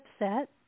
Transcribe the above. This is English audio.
upset